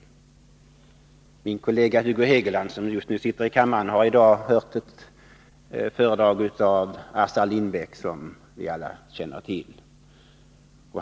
Min kollega Hugo Hegeland, som just nu sitter i kammaren, har i dag hört ett föredrag av Assar Lindbeck, som vi alla känner till.